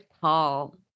call